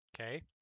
Okay